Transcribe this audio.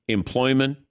Employment